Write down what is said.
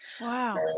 wow